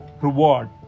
reward